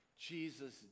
Jesus